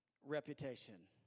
reputation